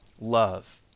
love